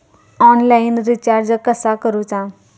Online recharge कसा करूचा?